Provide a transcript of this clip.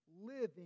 living